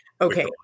Okay